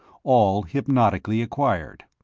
all hypnotically acquired.